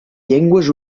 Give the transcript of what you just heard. llengües